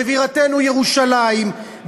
בבירתנו ירושלים,